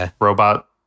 robot